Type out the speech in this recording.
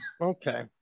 okay